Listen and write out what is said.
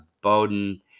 Bowden